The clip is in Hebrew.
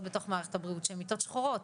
בתוך מערכת הבריאות שהן מיטות שחורות,